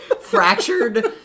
fractured